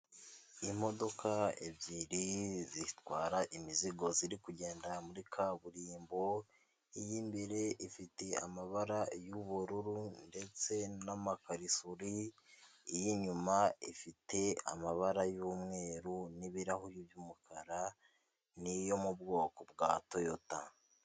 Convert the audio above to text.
Imodoka ebyiri zitwara imizigo ziri kugenda muri kaburimbo iy' imbere ifite amabara y'ubururu ndetse n'amakarisori iy'inyuma ifite amabara y'umweru n'ibirahuri by'umukara n'iyo mu bwoko bwa toyota.